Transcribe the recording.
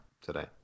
today